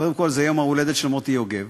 קודם כול, זה יום ההולדת של מוטי יוגב.